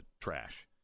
trash